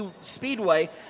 Speedway